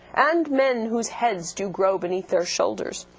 and men whose heads do grow beneath their shoulders.